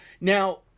Now